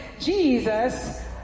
Jesus